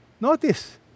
Notice